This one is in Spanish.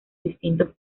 distintos